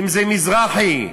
מזרחי,